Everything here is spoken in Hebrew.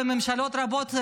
בממשלות רבות,